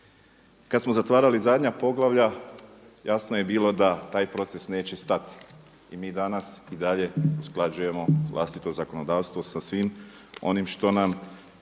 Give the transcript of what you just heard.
Kad smo zatvarali zadnja poglavlja jasno je bilo da taj proces neće stati i mi danas i dalje usklađujemo vlastito zakonodavstvo sa svim onim što nam